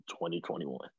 2021